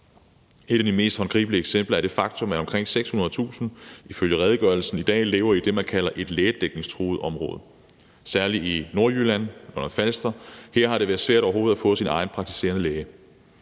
Et af de mest håndgribelige eksempler er det faktum, at omkring 600.000, ifølge redegørelsen, i dag lever i det, man kalder et lægedækningstruet område. Det gælder særlig i Nordjylland og på Lolland-Falster. Her har det været svært overhovedet at få sin egen praktiserende læge.